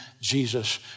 Jesus